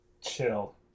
Chill